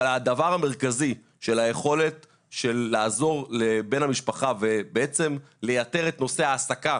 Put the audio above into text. אבל הדבר המרכזי ביכולת לעזור לבן המשפחה ובעצם לייתר את נושא ההעסקה,